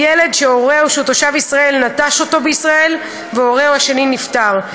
או ילד שהורהו שהוא תושב ישראל נטש אותו בישראל וההורה השני נפטר,